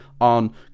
on